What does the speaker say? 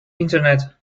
internet